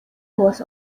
was